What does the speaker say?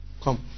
come